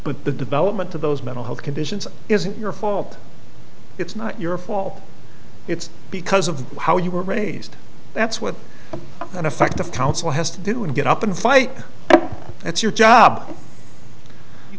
but the development of those mental health conditions isn't your fault it's not your fault it's because of how you were raised that's what an effect of counsel has to do and get up and fight that's your job you